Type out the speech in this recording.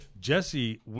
jesse